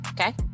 Okay